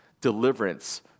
deliverance